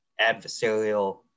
adversarial